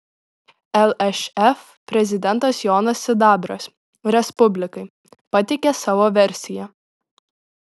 lšf prezidentas jonas sidabras respublikai pateikė savo versiją